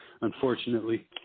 Unfortunately